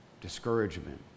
discouragement